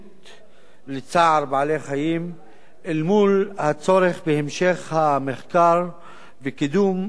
לבעלי-חיים אל מול הצורך בהמשך המחקר וקידום ופיתוח